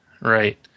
right